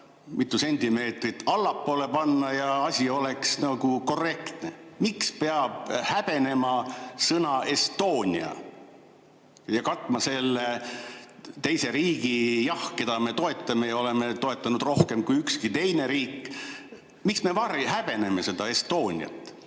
mitu sentimeetrit allapoole panna ja asi oleks nagu korrektne? Miks peab häbenema sõna "Estonia" ja katma selle teise riigi sümboliga? Jah, me küll oleme toetanud Ukrainat rohkem kui ükski teine riik, aga miks me häbeneme seda "Estoniat",